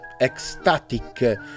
ecstatic